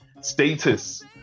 status